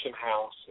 House